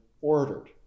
ordered